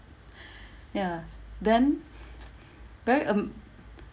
ya then very um